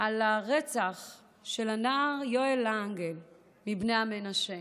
על הרצח של הנער יואל להנגהל מבני המנשה.